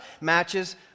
matches